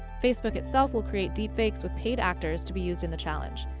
facebook itself will create deepfakes with paid actors to be used in the challenge.